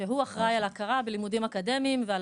שהוא אחראי על ההכרה בלימודים אקדמיים ועל